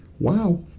Wow